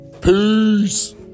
Peace